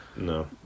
No